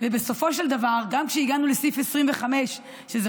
ובסופו של דבר, גם כשהגענו לסעיף 25, שזה